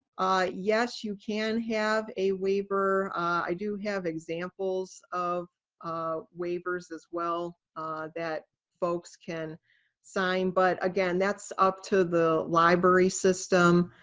yes you can have a waiver. i do have examples of waivers as well that folks can sign, but again that's up to the library system,